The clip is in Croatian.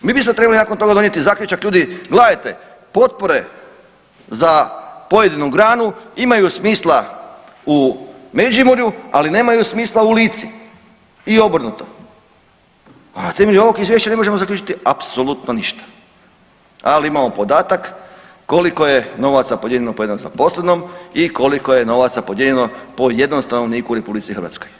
Mi bismo trebali nakon toga donijeti zaključak ljudi gledajte potpore za pojedinu granu imaju smisla u Međimurju, ali nemaju smisla u Lici i obrnuto, a na temelju ovog izvješća ne možemo zaključiti apsolutno ništa, ali imamo podatak koliko je novaca podijeljeno po jednom zaposlenom i koliko je novaca podijeljeno po jednom stanovniku u RH.